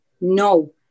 No